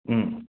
ꯎꯝ